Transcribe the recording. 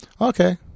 Okay